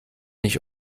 nicht